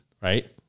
right